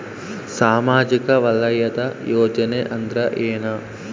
ಸಾಮಾಜಿಕ ವಲಯದ ಯೋಜನೆ ಅಂದ್ರ ಏನ?